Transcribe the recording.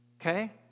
Okay